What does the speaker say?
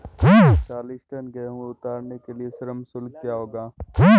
चालीस टन गेहूँ उतारने के लिए श्रम शुल्क क्या होगा?